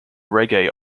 reggae